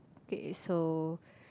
okay so